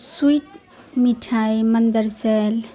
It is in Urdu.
سویٹ مٹھائی مندرجہ ذیل